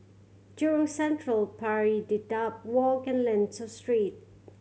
Jurong Central Pari Dedap Walk and Lentor Street